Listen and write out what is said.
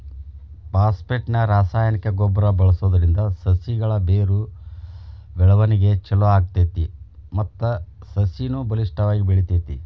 phosphate ನ ರಾಸಾಯನಿಕ ಗೊಬ್ಬರ ಬಳ್ಸೋದ್ರಿಂದ ಸಸಿಗಳ ಬೇರು ಬೆಳವಣಿಗೆ ಚೊಲೋ ಆಗ್ತೇತಿ ಮತ್ತ ಸಸಿನು ಬಲಿಷ್ಠವಾಗಿ ಬೆಳಿತೇತಿ